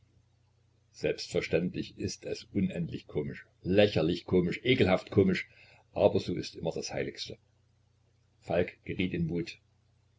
selbstverständlich ist es unendlich komisch lächerlich komisch ekelhaft komisch aber so ist immer das heiligste falk geriet in wut